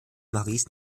maurice